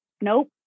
nope